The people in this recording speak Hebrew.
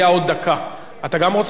אתה גם רוצה עמדה נוספת, דוד אזולאי?